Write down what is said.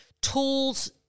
tools